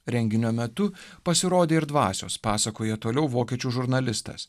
renginio metu pasirodė ir dvasios pasakoja toliau vokiečių žurnalistas